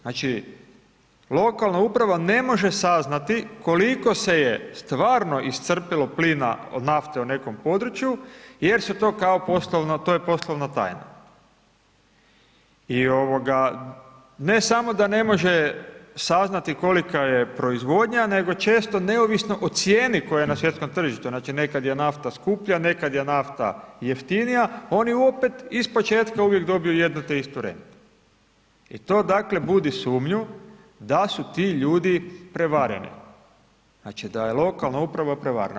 Znači, lokalna uprava ne može saznati koliko se je stvarno iscrpilo plina nafte u nekom području jer su to kao poslovna, to je poslovna tajna i ne samo da ne može saznati kolika je proizvodnja, nego često neovisno o cijeni koja je na svjetskom tržištu, znači, nekad je nafta skuplja, nekad je nafta jeftinija, oni opet ispočetka uvijek dobiju jednu te istu rentu i to, dakle, budi sumnju da su ti ljudi prevareni, znači da je lokalna uprava prevarena.